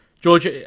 George